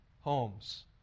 homes